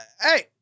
Hey